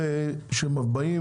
הרי כשבאים,